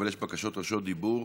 אבל יש בקשות רשות דיבור.